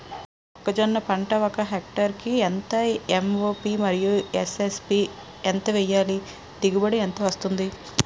మొక్కజొన్న పంట ఒక హెక్టార్ కి ఎంత ఎం.ఓ.పి మరియు ఎస్.ఎస్.పి ఎంత వేయాలి? దిగుబడి ఎంత వస్తుంది?